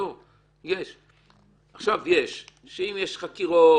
ימצאו פטנטים אם יש חקירות,